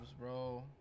bro